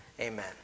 Amen